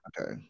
Okay